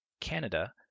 Canada